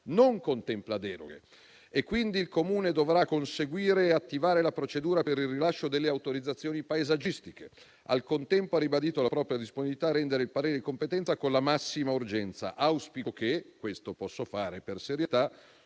non contempla deroghe e quindi il Comune dovrà conseguire e attivare la procedura per il rilascio delle autorizzazioni paesaggistiche. Al contempo, ha ribadito la propria disponibilità a rendere il parere di competenza con la massima urgenza. Auspico che - questo posso fare per serietà